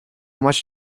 much